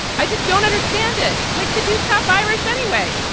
i just don't understand it like the two tough irish anyway,